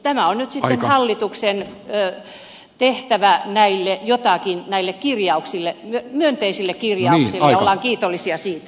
nyt on sitten hallituksen tehtävä jotakin näille myönteisille kirjauksille ja ollaan kiitollisia siitä